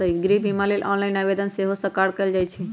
गृह बिमा लेल ऑनलाइन आवेदन सेहो सकार कएल जाइ छइ